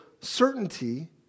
certainty